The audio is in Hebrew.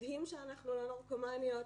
מדהים שאנחנו לא נרקומניות,